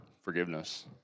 forgiveness